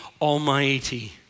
Almighty